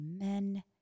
Amen